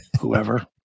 whoever